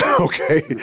Okay